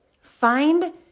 Find